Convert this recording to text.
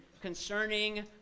concerning